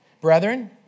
Brethren